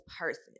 person